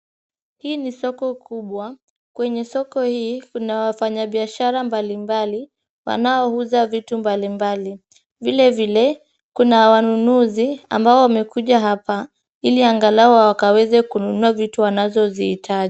Hii soko kubwa. Kwenye soko hii kuna wafanyabiashara mbalimbali wanaouza vitu mbalimbali .Vilevile kuna wanunuzi ambao wamekuja hapa ili angalau wakawezi kununua vitu wanazozihitaji.